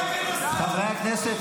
חברי הכנסת,